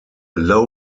low